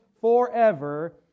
forever